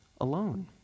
alone